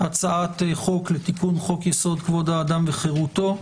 הצעת חוק לתיקון חוק-יסוד: כבוד האדם וחירותו,